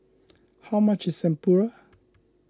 how much is Tempura